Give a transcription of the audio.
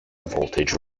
voltage